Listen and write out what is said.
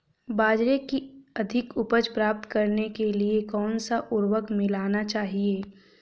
बाजरे की अधिक उपज प्राप्त करने के लिए कौनसा उर्वरक मिलाना चाहिए?